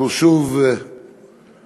אנחנו שוב רואים